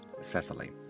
Cecily